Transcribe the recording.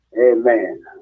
Amen